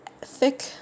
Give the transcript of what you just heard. thick